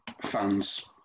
fans